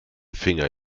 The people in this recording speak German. finger